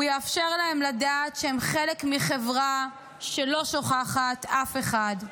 הוא יאפשר להם לדעת שהם חלק מחברה שלא שוכחת אף אחד.